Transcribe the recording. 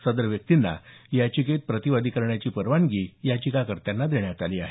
सदर व्यक्तींना याचिकेत प्रतिवादी करण्याची परवानगी याचिकाकर्त्यांना देण्यात आली आहे